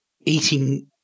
eating